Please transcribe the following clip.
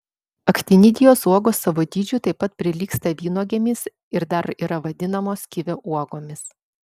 aktinidijos uogos savo dydžiu taip pat prilygsta vynuogėmis ir dar yra vadinamos kivio uogomis